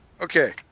Okay